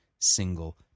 single